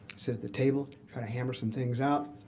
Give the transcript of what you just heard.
sit at the table, try to hammer some things out